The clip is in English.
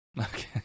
Okay